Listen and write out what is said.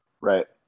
Right